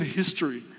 history